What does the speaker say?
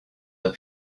that